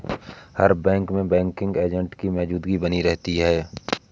हर bank में banking agent की मौजूदगी बनी रहती है